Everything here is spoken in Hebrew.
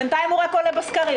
בינתיים הוא רק עולה בסקרים.